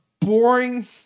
boring